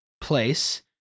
place